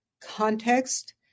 context